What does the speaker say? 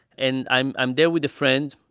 and i'm i'm there with a friend.